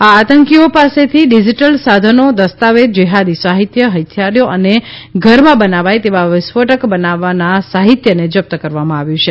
આ આતંકીઓ પાસેથી ડીજીટલ સાધનો દસ્તાવેજ જેહાદી સાહિત્ય હથિયારો અને ઘરમાં બનાવાય તેવા વિસ્ફોટક બનાવવાના સહિત્યને જપ્ત કરવામાં આવ્યું છે